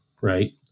right